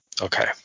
Okay